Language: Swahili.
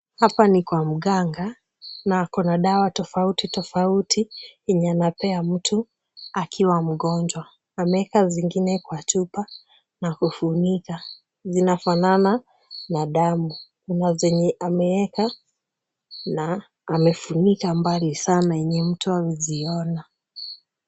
Hapa ni kwa mganga na ako na dawa tofauti tofauti, yenye anapea mtu akiwa mgonjwa. Ameeka zingine kwa chupa na kufunika. Zinafanana na damu. Kuna zenye ameeka na amefunika mbali sana yenye mtu hawezi ona.